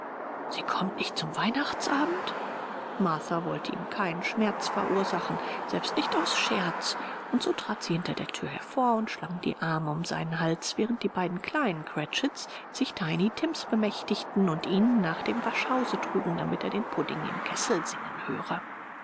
sie kommt nicht zum weihnachtsabend martha wollte ihm keinen schmerz verursachen selbst nicht aus scherz und so trat sie hinter der thür hervor und schlang die arme um seinen hals während die beiden kleinen cratchits sich tiny tims bemächtigten und ihn nach dem waschhause trugen damit er den pudding im kessel singen höre